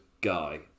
guy